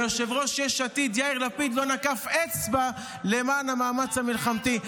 ויושב-ראש יש עתיד יאיר לפיד לא נקף אצבע למען המאמץ המלחמתי.